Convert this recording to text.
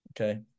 Okay